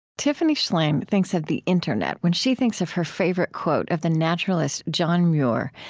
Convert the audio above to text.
tiffany shlain thinks of the internet when she thinks of her favorite quote of the naturalist john muir,